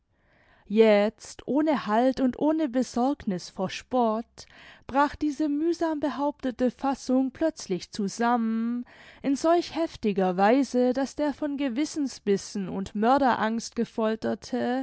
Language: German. jetzt ohne halt und ohne besorgniß vor spott brach diese mühsam behauptete fassung plötzlich zusammen in solch heftiger weise daß der von gewissensbissen und mörderangst gefolterte